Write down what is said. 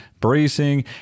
bracing